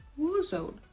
Warzone